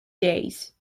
days